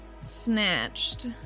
snatched